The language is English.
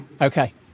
Okay